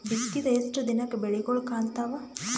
ಬಿತ್ತಿದ ಎಷ್ಟು ದಿನಕ ಬೆಳಿಗೋಳ ಕಾಣತಾವ?